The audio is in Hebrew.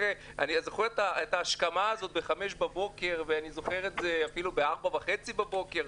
אני זוכר את ההשכמה ב-5:00 בבוקר ואפילו ב-4:30 בבוקר.